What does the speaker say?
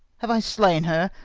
have i slain her?